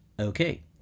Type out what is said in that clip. Okay